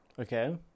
Okay